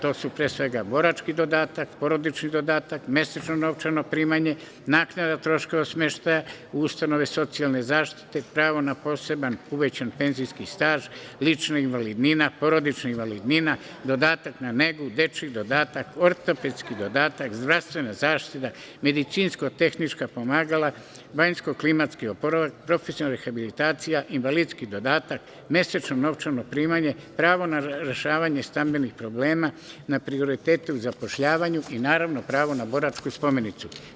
To su pre svega borački dodatak, porodični dodatak, mesečno novčano primanje, naknada troškova smeštaja u ustanove socijalne zaštite, pravo na poseban uvećan penzijski staž, lična invalidnina, porodična invalidnina, dodatak na negu, dečiji dodatak, ortopedski dodatak, zdravstvena zaštita, medicinsko-tehnička pomagala, banjsko-klimatski oporavak, profesionalna rehabilitacija, invalidski dodatak, mesečno novčano primanje, pravo na rešavanje stambenih problema, na prioritetu zapošljavanja i naravno pravo na boračku spomenicu.